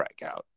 strikeout